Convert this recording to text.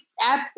app